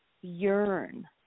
yearn